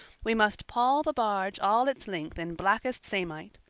we must pall the barge all its length in blackest samite.